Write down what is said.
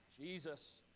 Jesus